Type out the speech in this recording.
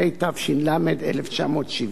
התש"ל 1970,